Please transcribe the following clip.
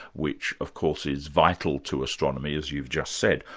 which of course is vital to astronomy, as you've just said,